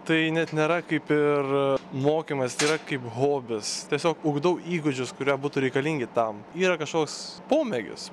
tai net nėra kaip ir mokymas tai yra kaip hobis tiesiog ugdau įgūdžius kurie būtų reikalingi tam yra kažkoks pomėgis